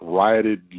rioted